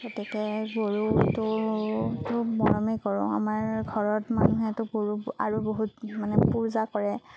গতিকে গৰুটোতো মৰমেই কৰোঁ আমাৰ ঘৰত মানুহেতো গৰু আৰু বহুত মানে পূজা কৰে